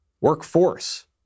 workforce